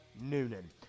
Noonan